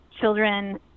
children